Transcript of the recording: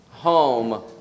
home